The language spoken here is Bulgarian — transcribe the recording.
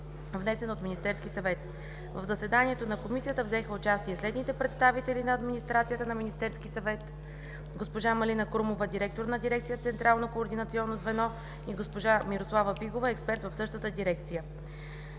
внесен от Министерския съвет. В заседанието на Комисията взеха участие следните представители на Администрацията на Министерския съвет: госпожа Малина Крумова – директор на дирекция „Централно координационно звено“, и госпожа Мирослава Пигова – експерт в същата дирекция.